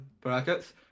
brackets